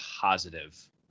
positive